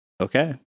Okay